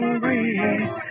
breeze